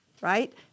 right